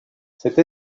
cette